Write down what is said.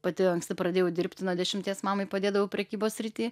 pati anksti pradėjau dirbti nuo dešimties mamai padėdavau prekybos srity